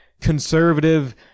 conservative